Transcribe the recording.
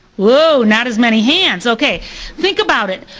whoa! not as many hands. okay think about it.